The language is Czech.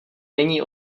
není